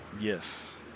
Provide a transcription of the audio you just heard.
Yes